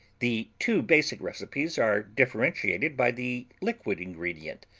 the two basic recipes are differentiated by the liquid ingredient,